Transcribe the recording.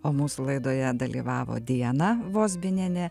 o mūsų laidoje dalyvavo diana vozbinienė